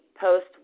post